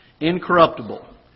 incorruptible